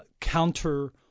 counter